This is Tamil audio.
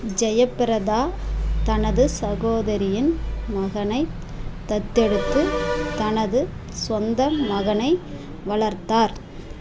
ஜெயப்பிரதா தனது சகோதரியின் மகனைத் தத்தெடுத்து தனது சொந்த மகனை வளர்த்தார்